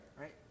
right